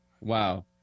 Wow